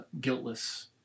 guiltless